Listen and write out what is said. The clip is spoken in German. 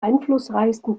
einflussreichsten